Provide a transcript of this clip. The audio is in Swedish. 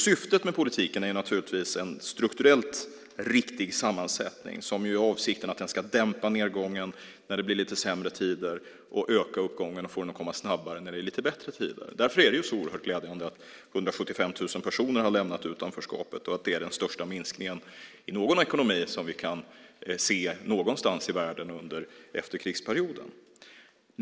Syftet med politiken är naturligtvis en strukturellt riktig sammansättning. Avsikten är att den ska dämpa nedgången när det bli lite sämre tider och öka uppgången och få den att komma snabbare när det är lite bättre tider. Därför är det så oerhört glädjande att 175 000 personer har lämnat utanförskapet, och det är den största minskningen i någon ekonomi som vi kan se någonstans i världen under efterkrigsperioden.